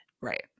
Right